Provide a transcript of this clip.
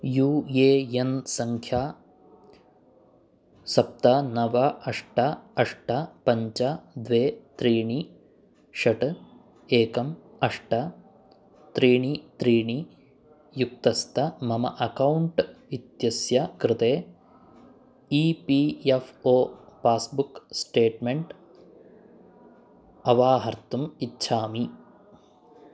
you A N सङ्ख्या सप्त नव अष्ट अष्ट पञ्च द्वे त्रीणि षट् एकम् अष्ट त्रीणि त्रीणि युक्तस्य मम अकौण्ट् इत्यस्य कृते E P F O passbook statement अवाहर्तुम् इच्छामि